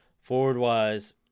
Forward-wise